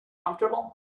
comfortable